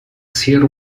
ser